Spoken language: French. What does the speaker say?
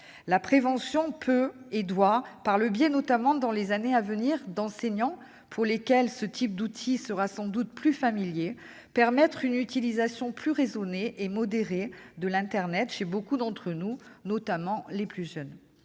La prévention peut et doit, par le biais notamment, dans les années à venir, de l'action d'enseignants pour lesquels ce type d'outils sera sans doute plus familier, permettre une utilisation plus raisonnée et modérée de l'internet chez beaucoup d'entre nous, notamment les plus jeunes.